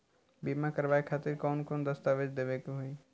बीमा करवाए खातिर कौन कौन दस्तावेज़ देवे के होई?